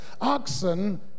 oxen